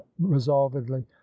resolvedly